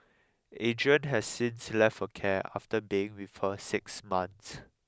Adrian has since left her care after being with her six months